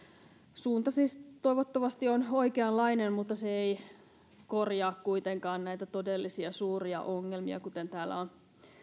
suunta siis toivottavasti on oikeanlainen mutta se ei korjaa kuitenkaan näitä todellisia suuria ongelmia kuten täällä on